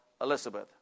Elizabeth